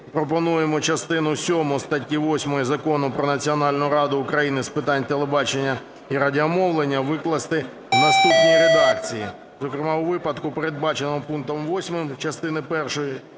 пропонуємо частину сьому статті 8 Закону "Про національну раду України з питань телебачення і радіомовлення" викласти в наступній редакції, зокрема: "У випадку, передбаченому пунктом 8 частини першої